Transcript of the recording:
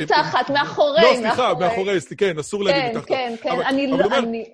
מתחת, מאחורי. לא, סליחה, מאחורי, כן, אסור להגיד מתחת לסמלה. כן, כן, אני לא...